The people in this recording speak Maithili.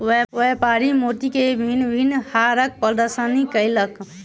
व्यापारी मोती के भिन्न भिन्न हारक प्रदर्शनी कयलक